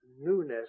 newness